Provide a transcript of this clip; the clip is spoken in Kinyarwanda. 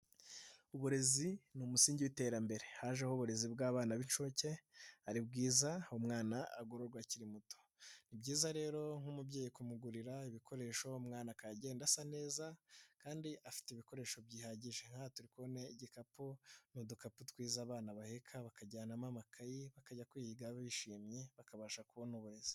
Uburezi ni umusingi w'iterambere. Hajeho uburezi bw'abana b'incuke ari bwiza, umwana agororwa akiri muto. Ni byiza rero nk'umubyeyi kugurira ibikoresho umwana, akagenda asa neza kandi afite ibikoresho bihagije; nka telefone, igikapu. Hari ufukapu twiza abana baheka bakajyanamo amakayi bakajya kwiga bishimye bakabasha kubona uburezi.